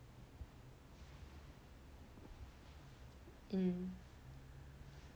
mm